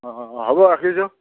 অঁ অঁ হ'ব ৰাখিছোঁ